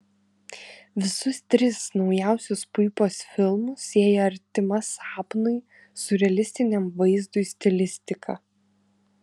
visus tris naujausius puipos filmus sieja artima sapnui siurrealistiniam vaizdui stilistika